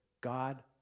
God